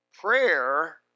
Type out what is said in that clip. prayer